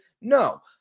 No